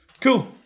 cool